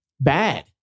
Bad